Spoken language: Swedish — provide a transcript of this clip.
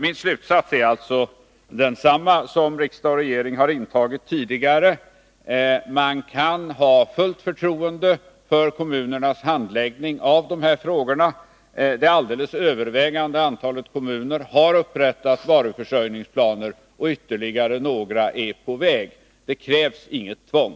Min slutsats är alltså densamma som riksdag och regering har intagit tidigare. Man kan ha fullt förtroende för kommunernas handläggning av dessa frågor. Det alldeles övervägande antalet kommuner har upprättat varuförsörjningsplaner, och ytterligare några är på väg. Det krävs inget tvång.